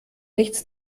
nichts